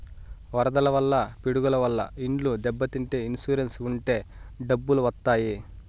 వరదల వల్ల పిడుగుల వల్ల ఇండ్లు దెబ్బతింటే ఇన్సూరెన్స్ ఉంటే డబ్బులు వత్తాయి